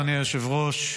אדוני היושב-ראש,